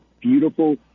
beautiful